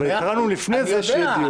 אבל התרענו לפני כן שיהיה דיון.